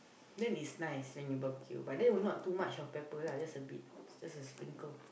then is nice when you barbecue but then not too much of pepper lah just a bit just a sprinkle